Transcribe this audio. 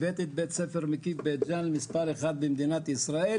הבאתי את בית ספר מקיף בית ג'אן להיות מספר אחד במדינת ישראל,